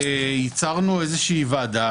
ייצרנו איזושהי ועדה,